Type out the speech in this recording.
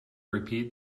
repeat